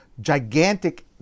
gigantic